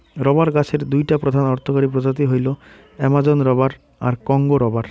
rubber গছের দুইটা প্রধান অর্থকরী প্রজাতি হইল অ্যামাজোন রবার আর কংগো রবার